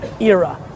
era